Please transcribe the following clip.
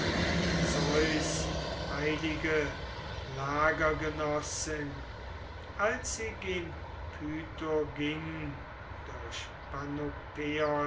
zeus heilige lagergenossin als sie gen pytho ging durch